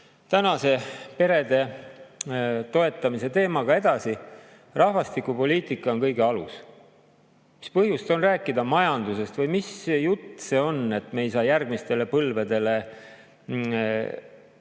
tänase perede toetamise teemaga edasi. Rahvastikupoliitika on kõige alus. Mis põhjust on [muidu] rääkida majandusest või mis jutt see on, et me ei saa järgmistele põlvedele anda